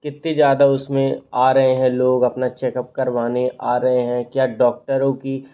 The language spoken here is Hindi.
कितना ज़्यादा उस में आ रहे हैं लोग अपना चेकअप करवाने आ रहे हैं क्या डॉक्टर की